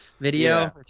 video